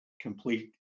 complete